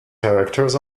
characters